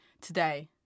today